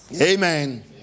Amen